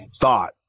thought